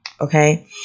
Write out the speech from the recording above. Okay